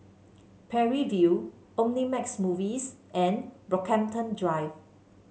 Parry View Omnimax Movies and Brockhampton Drive